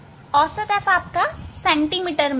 औसत f centimetre में होगा